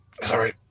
Sorry